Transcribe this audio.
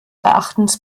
erachtens